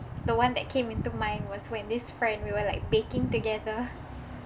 the one that came into mind was when this friend we were like baking together